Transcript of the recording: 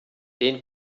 den